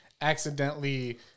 accidentally